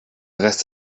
rest